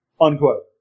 Unquote